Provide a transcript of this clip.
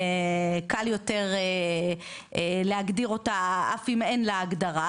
קל יותר להגדיר אותה אף אם אין לה הגדרה,